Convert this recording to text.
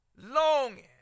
longing